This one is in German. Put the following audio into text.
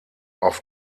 auf